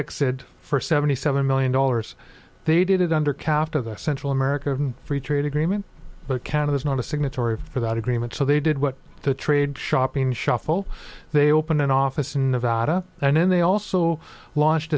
excited for seventy seven million dollars they did it under kept of the central america free trade agreement but canada's not a signatory for that agreement so they did what the trade shopping shuffle they opened an office in nevada and then they also launched